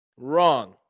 wrong